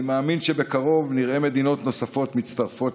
אני מאמין שבקרוב נראה מדינות נוספות מצטרפות